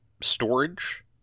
storage